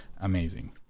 amazing